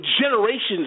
generations